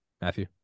Matthew